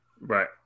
Right